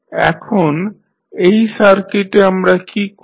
এখন এই সার্কিটে আমরা কী করব